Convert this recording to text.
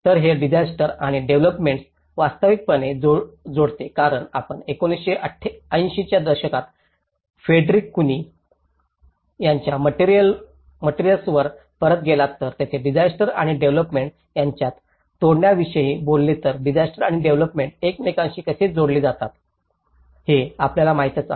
तर हे डिसास्टर आणि डेव्हलोपमेंटस वास्तविकपणे जोडते कारण आपण1980 च्या दशकात फ्रेडरिक कुनी यांच्या मटेरिअल्सावर परत गेलात तर जेथे डिसास्टर आणि डेव्हलोपमेंट यांच्यात तोडण्याविषयी बोलले तर डिसास्टर आणि डेव्हलोपमेंट एकमेकांशी कसे जोडले जातात हे आपल्याला माहितीच आहे